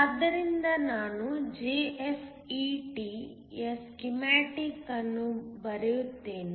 ಆದ್ದರಿಂದ ನಾನು JFET ಯ ಸ್ಕೀಮ್ಯಾಟಿಕ್ ಅನ್ನು ಬರೆಯುತ್ತೇನೆ